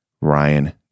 Ryan